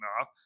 off